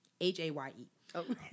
H-A-Y-E